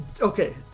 Okay